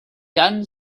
done